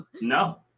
No